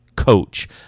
Coach